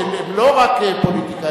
שהן לא רק פוליטיקה,